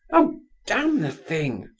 oh damn the thing!